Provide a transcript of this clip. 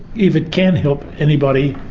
if it can help anybody,